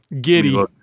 giddy